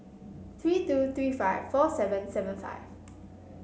three two three five four seven seven five